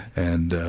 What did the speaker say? and ah,